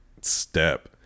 step